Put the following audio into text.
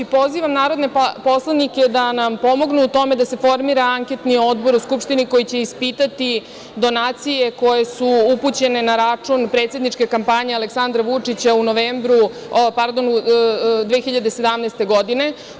Pozivam narodne poslanike da nam pomognu u tome da se formira anketni odbor u Skupštini koji će ispitati donacije koje su upućene na račun predsedničke kampanje Aleksandra Vučića 2017. godine.